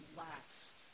last